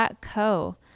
Co